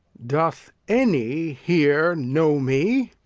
doth any here know me?